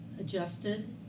adjusted